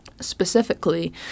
specifically